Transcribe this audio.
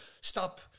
stop